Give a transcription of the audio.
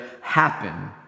happen